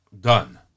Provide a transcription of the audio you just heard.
done